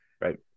right